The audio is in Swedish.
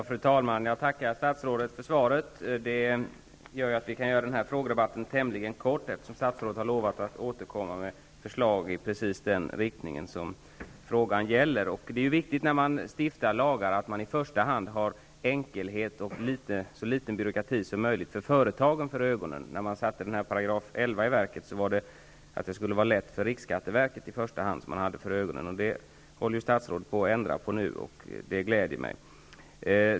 Fru talman! Jag tackar statsrådet för svaret. Eftersom statsrådet har lovat att återkomma med förslag i precis den riktning som jag tar upp i frågan kan denna frågedebatt göras tämligen kort. När man stiftar lagar är det viktigt att man i första hand har enkelhet och så liten byråkrati som möjligt för företagen för ögonen. Denna § 11 infördes för att det skulle vara lätt i första hand för riksskatteverket. Detta håller statsrådet på att ändra, vilket gläder mig.